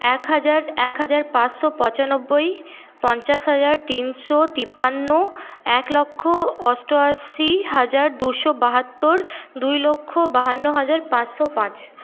এক হাজার এক হাজার পাঁচশো পঁচানব্বই পঞ্চাশ হাজার তিনশো তিপ্পান্ন এক লক্ষ অষ্টআশি হাজার দুশো বাহাত্তর দুই লক্ষ বাহান্ন হাজার পাঁচশো পাঁচ